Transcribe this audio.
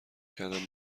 کردم